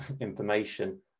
information